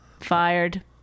Fired